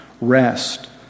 rest